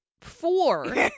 four